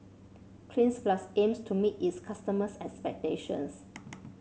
Cleanz Plus aims to meet its customers' expectations